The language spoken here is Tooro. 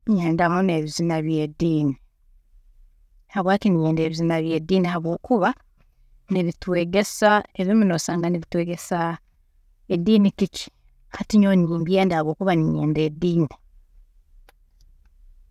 Nyenda muno ebizina by'ediini, habwaki ninyenda ebizina by'ediini, habwokuba nibitwegesa ebimu nosanga nibitwegesa ediini kiki, hati nyowe nimbyenda habwokuba ninyenda ediini.